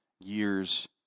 years